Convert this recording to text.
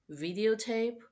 videotape